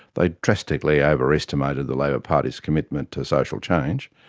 they drastically overestimated the labor party's commitment to social change,